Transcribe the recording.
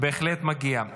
בהחלט מגיע לו.